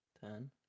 ten